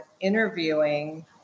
interviewing